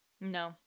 No